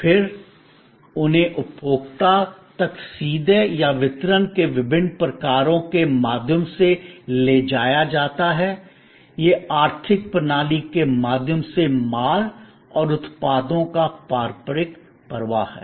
और फिर उन्हें उपभोक्ता तक सीधे या वितरण के विभिन्न प्रकारों के माध्यम से ले जाया जाता है यह आर्थिक प्रणाली के माध्यम से माल और उत्पादों का पारंपरिक प्रवाह है